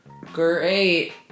Great